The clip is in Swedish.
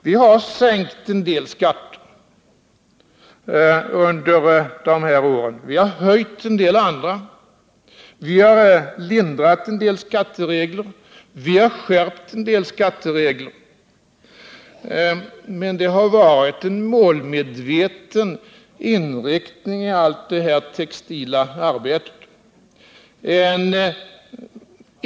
Vi har sänkt en del skatter under de här åren. Vi har höjt en del andra. Vi har lindrat en del skatteregler. Vi har skärpt en del skatteregler. Men det har varit en målmedveten inriktning på allt det här textila arbetet.